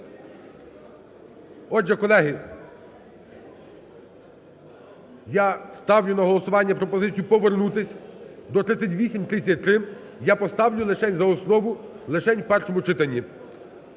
Отже, колеги, я ставлю на голосування пропозицію повернутись до 3833, я поставлю лишень за основу, лишень в першому читанні.